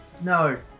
no